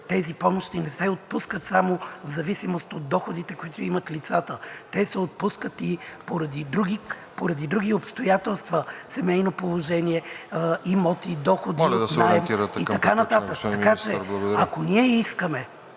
тези помощи не се отпускат само в зависимост от доходите, които имат лицата, те се отпускат и поради други обстоятелства – семейно положение, имоти, доходи, наеми и така